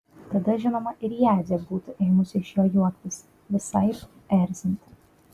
tada žinoma ir jadzė būtų ėmusi iš jo juoktis visaip erzinti